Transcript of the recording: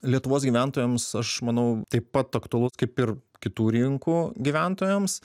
lietuvos gyventojams aš manau taip pat aktualu kaip ir kitų rinkų gyventojams